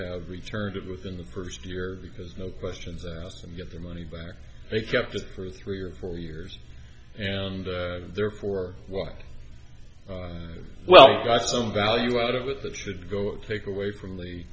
have returned it within the first year because no questions asked them to get their money back they kept it for three or four years and therefore one well got some value out of it that should go take away from the